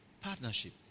Partnership